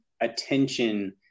attention